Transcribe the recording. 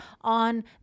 on